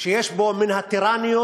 שיש בו מן הטירניות,